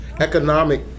economic